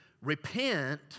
Repent